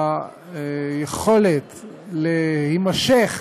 והיכולת להימשך